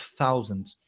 thousands